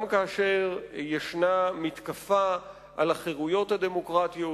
גם כאשר יש מתקפה על החירויות הדמוקרטיות,